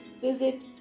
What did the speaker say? visit